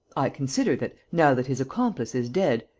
i consider that, now that his accomplice is dead,